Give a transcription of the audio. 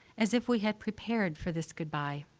as if we had prepared for this good-bye.